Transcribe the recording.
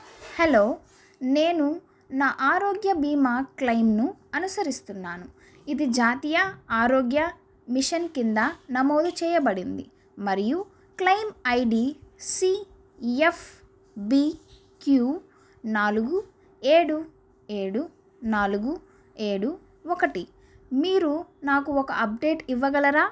hello నేను నా ఆరోగ్య బీమా క్లెయిమ్ను అనుసరిస్తున్నాను ఇది జాతీయ ఆరోగ్య మిషన్ కింద నమోదు చేయబడింది మరియు claim I D C F B Q నాలుగు ఏడు ఏడు నాలుగు ఏడు ఒకటి మీరు నాకు ఒక అప్డేట్ ఇవ్వగలరా